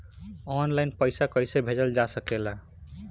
आन line पईसा कईसे भेजल जा सेकला?